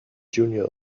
junior